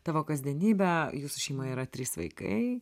tavo kasdienybę jūsų šeimoje yra trys vaikai